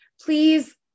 please